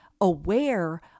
aware